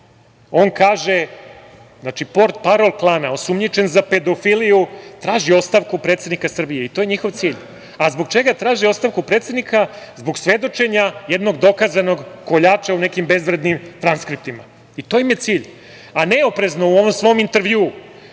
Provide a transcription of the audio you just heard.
On kaže, znači portparol klana, osumnjičen za pedofiliju, traži ostavku predsednika Srbije. I, to je njihov cilj. A, zbog čega traži ostavku predsednika? Zbog svedočenja jednog dokazanog koljača u nekim bezvrednim transkriptima. To im je cilj. Neoprezno u onom svom intervju,